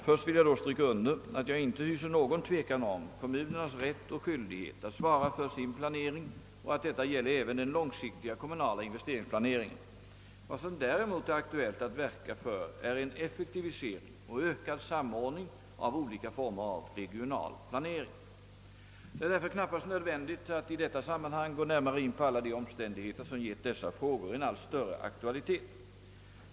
Först vill jag då stryka under att jag inte hyser någon tvekan om kommunernas rätt och skyldighet att svara för sin planering och att detta gäller även den långsiktiga kommunala investeringplaneringen. Vad som däremot är aktuellt att verka för är en effektivisering och ökad samordning av olika former av regional planering. Det är därför knappast nödvändigt att i detta sammanhang gå närmare in på alla de omständigheter som gett dessa frågor en allt större aktualitet.